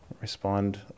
Respond